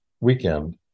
weekend